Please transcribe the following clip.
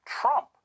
Trump